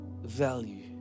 Value